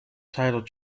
title